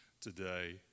today